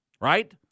right